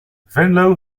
venlo